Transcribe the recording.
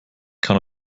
kann